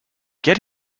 get